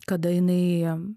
kada jinai